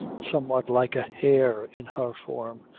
somewhat like a hare in her form,